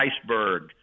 iceberg